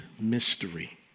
mystery